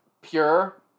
pure